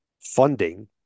funding